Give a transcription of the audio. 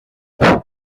mewn